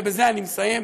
ובזה אני מסיים,